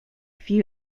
few